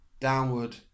downward